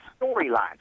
storylines